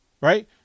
Right